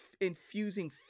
infusing